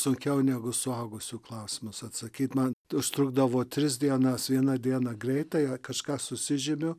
sunkiau negu suaugusių klausimas atsakyt man užtrukdavo tris dienas vieną dieną greitai kažką susižymiu